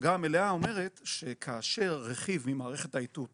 ההצגה המלאה אומרת שכאשר רכיב ממערכת האיתות,